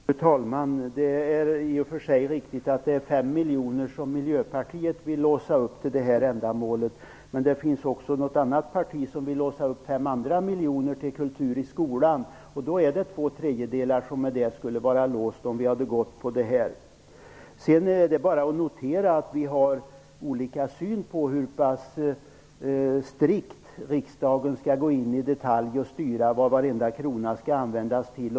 Fru talman! Det är i och för sig riktigt att det är 5 miljoner som Miljöpartiet vill låsa för det här ändamålet, men det finns dessutom ett parti som vill låsa 5 andra miljoner för arbete med kultur i skolan. Om vi följer dessa förslag skulle alltså två tredjedelar av pengarna vara låsta. Det är vidare bara att notera att vi har olika syn på hur strikt riksdagen i detalj skall styra vad varenda krona skall användas till.